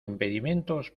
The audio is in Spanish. impedimentos